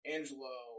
Angelo